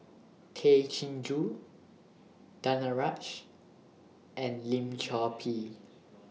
Tay Chin Joo Danaraj and Lim Chor Pee